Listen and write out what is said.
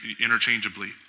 interchangeably